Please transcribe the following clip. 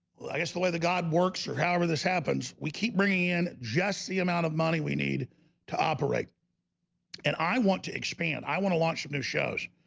i guess the way that god works or however this happens we keep bringing in just the amount of money we need to operate and i want to expand i want to launch some new shows,